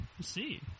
see